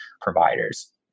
providers